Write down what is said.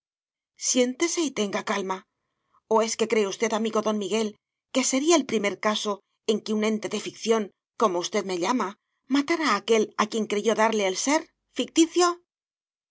siéntese y tenga calma o es que cree usted amigo don miguel que sería el primer caso en que un ente de ficción como usted me llama matara a aquel a quien creyó darle el ser ficticio